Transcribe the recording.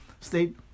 state